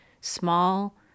small